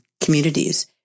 communities